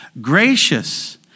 gracious